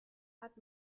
hat